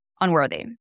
unworthy